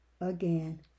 again